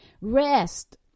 Rest